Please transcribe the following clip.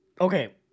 Okay